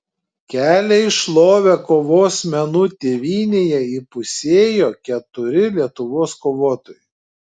kelią į šlovę kovos menų tėvynėje įpusėjo keturi lietuvos kovotojai